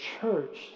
church